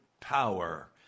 power